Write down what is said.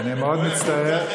אני מאוד מצטער,